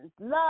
Love